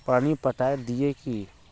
पानी पटाय दिये की?